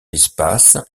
espace